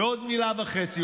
ועוד מילה וחצי.